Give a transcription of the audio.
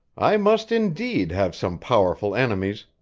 i must, indeed, have some powerful enemies,